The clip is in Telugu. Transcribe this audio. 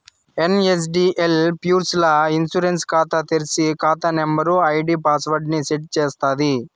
ఎన్.ఎస్.డి.ఎల్ పూర్స్ ల్ల ఇ ఇన్సూరెన్స్ కాతా తెర్సి, కాతా నంబరు, ఐడీ పాస్వర్డ్ ని సెట్ చేస్తాది